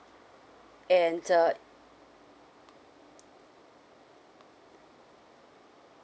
and uh